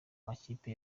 makipe